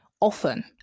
often